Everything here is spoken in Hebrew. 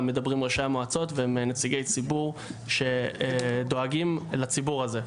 מדברים ראשי המועצות ונציגי ציבור שדואגים לציבור הזה,